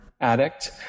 addict